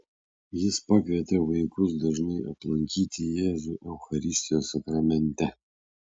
jis pakvietė vaikus dažnai aplankyti jėzų eucharistijos sakramente